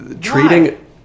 treating